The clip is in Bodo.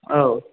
औ